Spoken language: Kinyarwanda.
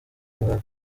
uruhara